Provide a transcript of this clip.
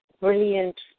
brilliant